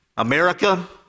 America